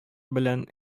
белән